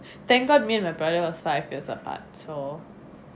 thank god me and my brother was five years apart so